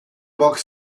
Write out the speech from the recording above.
banque